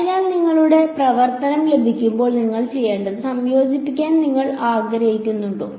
അതിനാൽ നിങ്ങളുടെ പ്രവർത്തനം ലഭിക്കുമ്പോൾ നിങ്ങൾ ചെയ്യേണ്ടത് സംയോജിപ്പിക്കാൻ നിങ്ങൾ ആഗ്രഹിക്കുന്നുണ്ടോ